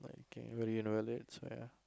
invalid that's why ah